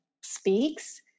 speaks